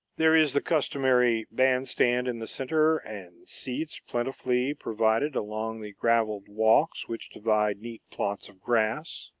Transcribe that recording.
there is the customary band-stand in the center, and seats plentifully provided along the graveled walks which divide neat plots of grass.